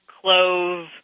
clove